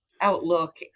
outlook